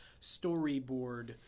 Storyboard